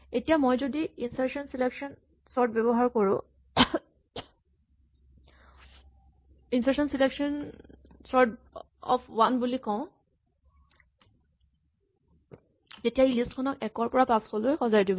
এতিয়া যদি মই insertion selection sort of one বুলি কওঁ তেতিয়া ই লিষ্ট খনক ১ ৰ পৰা ৫০০ লৈ সজাই দিব